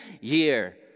year